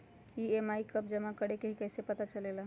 EMI कव जमा करेके हई कैसे पता चलेला?